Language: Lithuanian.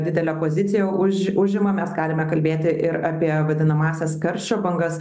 didelę poziciją už užima mes galime kalbėti ir apie vadinamąsias karščio bangas